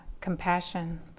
compassion